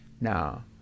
Now